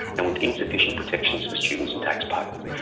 and with insufficient protections for students and taxpayers,